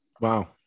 wow